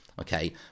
Okay